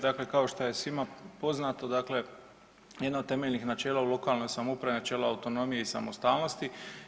Dakle, kao šta je svima poznato, dakle jedno od temeljnih načela u lokalnoj samoupravi je načelo autonomije i samostalnosti.